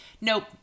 nope